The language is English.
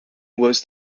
was